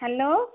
hello